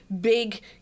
big